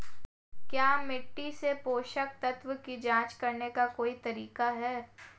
क्या मिट्टी से पोषक तत्व की जांच करने का कोई तरीका है?